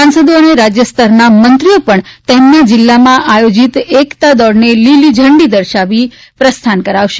સાંસદો અને રાજયસ્તરના મંત્રીઓ પણ તેમના જિલ્લામાં આયોજીત એકતા દોડને લીલી ઝંડી દર્શાવી પ્રસ્થાન કરાવશે